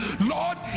Lord